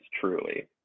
truly